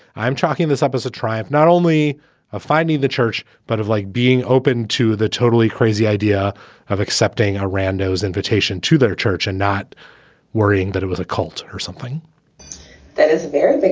i'm tracking this up as a triumph, not only ah finding the church, but of like being open to the totally crazy crazy idea of accepting a randos invitation to their church and not worrying that it was a cult or something that is very big